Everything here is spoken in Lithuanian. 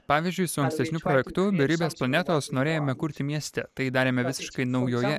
pavyzdžiui su ankstesniu projektu beribės planetos norėjome kurti mieste tai darėme visiškai naujoje